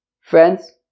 Friends